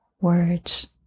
words